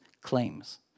claims